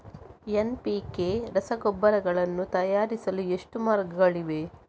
NPK ರಸಗೊಬ್ಬರಗಳನ್ನು ತಯಾರಿಸಲು ಎಷ್ಟು ಮಾರ್ಗಗಳಿವೆ?